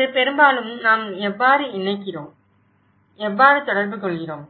இது பெரும்பாலும் நாம் எவ்வாறு இணைக்கிறோம் எவ்வாறு தொடர்பு கொள்கிறோம்